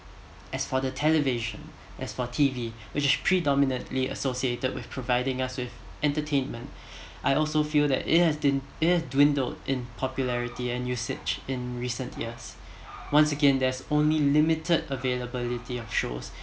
as for the television as for the T_V which is predominantly associated with providing us with entertainment I also feel that it has de~ it has dwindled in popularity in usage in recent years once again there's only limited availability of shows